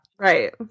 Right